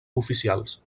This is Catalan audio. oficials